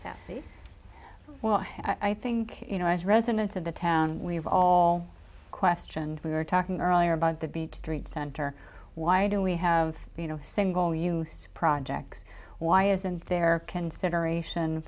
yeah well i think you know as residents of the town we've all question we were talking earlier about the beach street center why don't we have you know single use projects why isn't there consideration